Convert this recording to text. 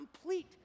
complete